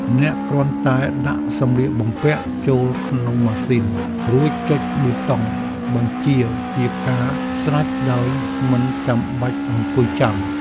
អ្នកគ្រាន់តែដាក់សម្លៀកបំពាក់ចូលក្នុងម៉ាស៊ីន រួចចុចប៊ូតុងបញ្ជាជាការស្រេចដោយមិនចាំបាច់អង្គុយចាំ។